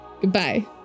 Goodbye